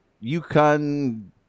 Yukon